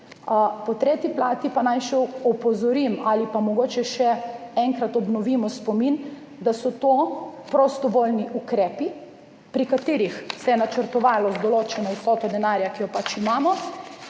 Po tretji plati pa naj še opozorim ali pa mogoče še enkrat obnovimo spomin, da so to prostovoljni ukrepi, pri katerih se je načrtovalo z določeno vsoto denarja, ki jo pač imamo,